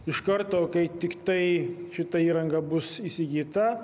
iš karto kai tiktai šita įranga bus įsigyta